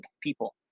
people